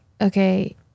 okay